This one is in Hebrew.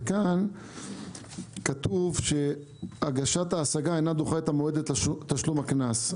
כאן כתוב שהגשת ההשגה אינה דוחה את המועד לתשלום הקנס.